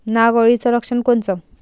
नाग अळीचं लक्षण कोनचं?